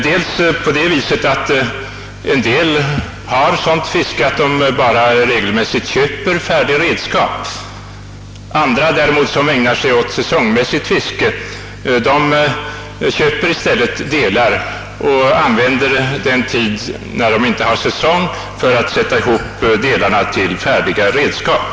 Det blir orättvist också därigenom att en del har sådant fiske att de regelmässigt köper bara färdiga redskap, medan andra, som ägnar sig åt säsong mässigt fiske, i stället köper delar och använder tiden mellan säsongerna för att sätta ihop dem till färdiga redskap.